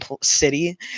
city